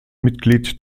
mitglied